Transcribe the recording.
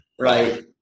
Right